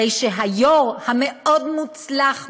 הרי היו"ר המאוד-מוצלח,